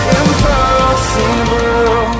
impossible